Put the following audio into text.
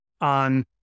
on